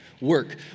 work